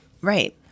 Right